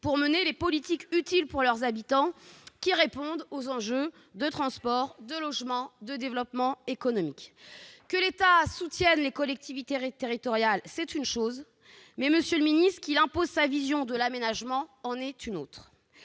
pour mener les politiques utiles aux habitants et répondant aux enjeux de transports, de logement, de développement économique. Que l'État soutienne les collectivités territoriales, c'est une chose, mais qu'il impose sa vision de l'aménagement, c'en est une autre,